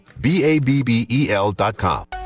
B-A-B-B-E-L.com